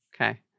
Okay